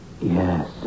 Yes